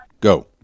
Go